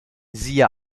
siehe